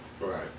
Right